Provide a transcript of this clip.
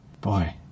Boy